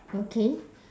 okay